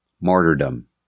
Martyrdom